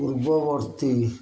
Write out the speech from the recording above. ପୂର୍ବବର୍ତ୍ତୀ